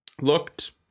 looked